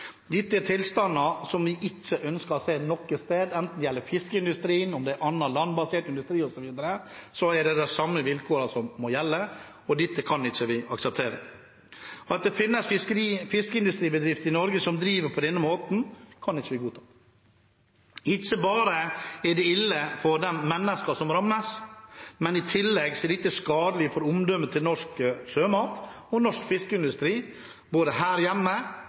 Dette er tilstander som vi ikke ønsker å se noe sted. Enten det gjelder fiskeindustrien eller annen landbasert industri, er det de samme vilkårene som må gjelde. At det finnes fiskeindustribedrifter i Norge som driver på denne måten, kan vi ikke godta. Ikke bare er dette ille for menneskene som rammes, i tillegg er det skadelig for omdømmet til norsk sjømat og norsk fiskeindustri, både her hjemme,